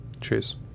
cheers